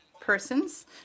persons